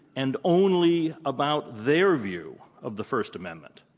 and only about their view of the first amendment.